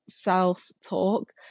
self-talk